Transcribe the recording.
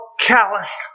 calloused